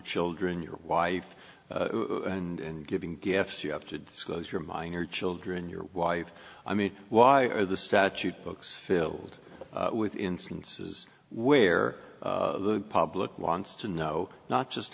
children your wife and giving gifts you have to disclose your minor children your wife i mean why are the statute books filled with instances where the public wants to know not just